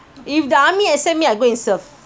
if the army accept me I go and serve